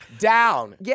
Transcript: Down